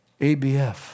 ABF